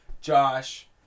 Josh